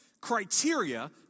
criteria